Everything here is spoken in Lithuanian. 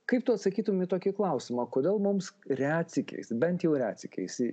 kaip tu atsakytum į tokį klausimą kodėl mums retsykiais bent jau retsykiais